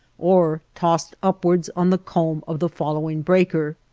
or tossed upwards on the comb of the following breaker.